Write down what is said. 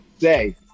say